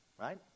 right